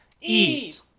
eat